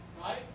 right